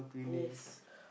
yes